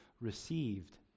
received